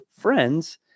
friends